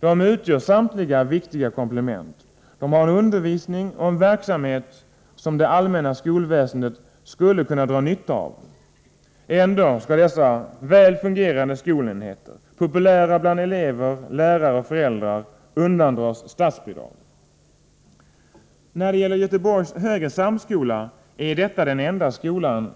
De utgör samtliga viktiga komplement, de har en undervisning och en verksamhet som det allmänna skolväsendet skulle kunna dra nytta av. Ändå skall dessa väl fungerande skolenheter, populära bland elever, lärare och föräldrar, undandras statsbidrag. När det gäller Göteborgs högre samskola är detta den enda skola